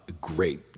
Great